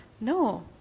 No